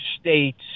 states